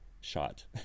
shot